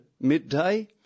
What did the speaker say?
midday